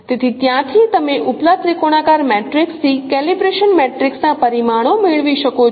તેથી ત્યાંથી તમે ઉપલા ત્રિકોણાકાર મેટ્રિક્સ થી કેલિબ્રેશન મેટ્રિક્સ ના પરિમાણો મેળવી શકો છો